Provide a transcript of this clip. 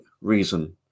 reason